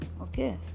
okay